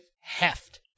heft